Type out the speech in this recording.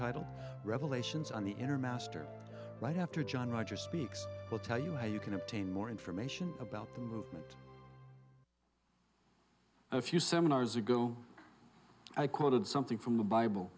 title revelations on the inner master right after john rogers speaks will tell you how you can obtain more information about the movement if you seminars you go i quoted something from the bible